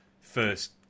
first